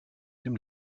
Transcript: dem